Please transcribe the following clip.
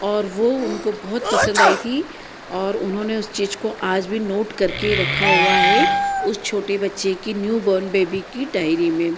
और वो उनको बहुत पसंद आई थी और उन्होने उस चीज़ को आज भी नोट करके रखा हुआ हे उस छोटे बच्चे की न्यू बोर्न बेबी की डायरी में